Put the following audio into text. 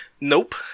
Nope